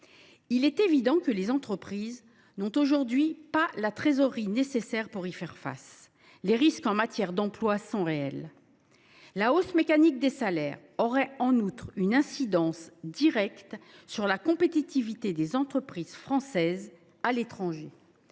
Il est évident que les entreprises n’ont aujourd’hui pas la trésorerie nécessaire pour y faire face. Les risques en matière d’emploi sont réels. La hausse mécanique des salaires aurait en outre une incidence directe sur la compétitivité des entreprises françaises à l’étranger,